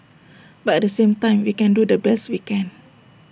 but at the same time we can do the best we can